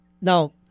now